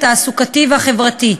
התעסוקתי והחברתי.